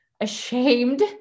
ashamed